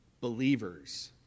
believers